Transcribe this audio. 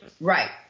Right